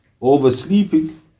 oversleeping